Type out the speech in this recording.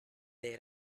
dei